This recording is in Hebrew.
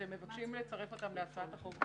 אתם מבקשים לצרף אותן להצעת החוק,